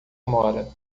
mora